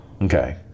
Okay